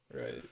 right